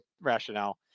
rationale